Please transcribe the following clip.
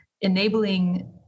enabling